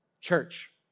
Church